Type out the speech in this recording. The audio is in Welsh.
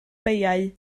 beiau